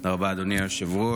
תודה רבה, אדוני היושב-ראש.